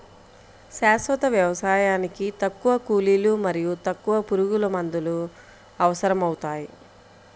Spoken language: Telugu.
శాశ్వత వ్యవసాయానికి తక్కువ కూలీలు మరియు తక్కువ పురుగుమందులు అవసరమవుతాయి